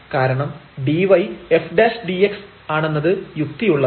കാരണം dy f dx ആണെന്നത് യുക്തിയുള്ളതാണ്